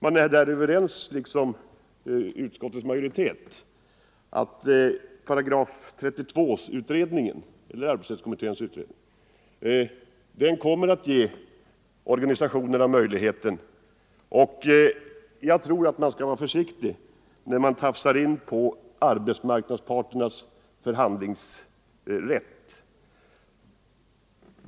Man är i reservanternas skrivning, liksom utskottets majoritet, överens om att arbetsrättskommitténs utredning kommer att ge organisationerna den möjlighet det här är fråga om. Jag tror att man skall vara försiktig när man kommer in på arbetsmarknadsparternas förhandlingsrätt.